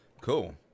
Cool